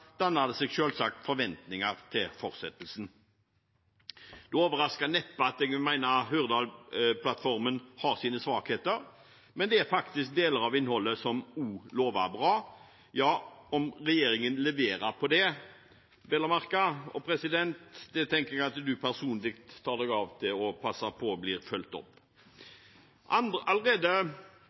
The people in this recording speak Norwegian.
danner det seg selvsagt forventninger til fortsettelsen. Det overrasker neppe at jeg vil mene at Hurdalsplattformen har sine svakheter, men det er faktisk deler av innholdet som også lover bra – om regjeringen leverer på det, vel å merke. Og president, det tenker jeg at du personlig tar deg av å passe på blir fulgt opp! Allerede